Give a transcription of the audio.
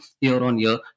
year-on-year